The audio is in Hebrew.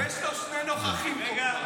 --- יש לו שני נוכחים פה.